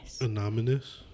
anonymous